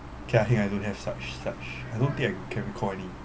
lah heng lah I don't have such such I don't think I can recall any